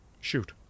Shoot